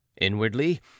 inwardly